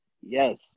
Yes